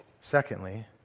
Secondly